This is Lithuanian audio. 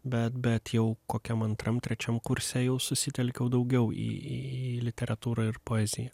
bet bet jau kokiam antram trečiam kurse jau susitelkiau daugiau į literatūrą ir poeziją